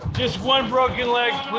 just one broken leg,